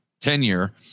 tenure